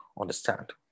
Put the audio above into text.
understand